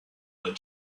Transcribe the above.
that